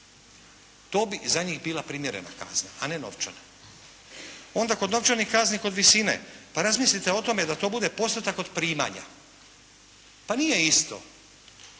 To bi za njih bila primjerena kazna a ne novčana. Onda kod novčanih kazni kod visine, pa razmislite o tome da to bude postotak od primanja. Pa nije isto